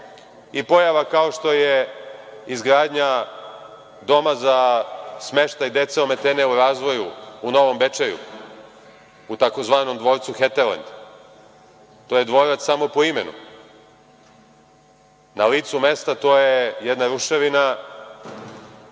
i pojava kao što je izgradnja Doma za smeštaj dece ometene u razvoju u Novom Bečeju, u tzv. dvorcu Heterlend. To je dvorac samo po imenu. Na licu mesta to je jedna ruševina,